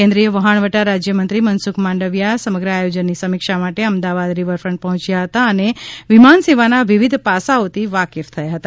કેન્દ્રિય વહાણવટા રાજ્ય મંત્રી મનસુખ માંડવિયા સમગ્ર આયોજનની સમિક્ષા માટે અમદાવાદ રિવરફંટ પહોંચ્યા હતા અને વિમાન સેવાના વિવિધ પાસાઓથી વાકેફ થયા હતા